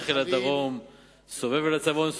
"הולך אל דרום וסובב אל צפון.